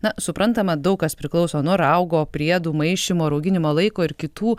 na suprantama daug kas priklauso nuo raugo priedų maišymo rauginimo laiko ir kitų